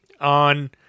on